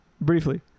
Briefly